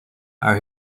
are